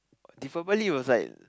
Diwali was like